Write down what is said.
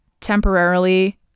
temporarily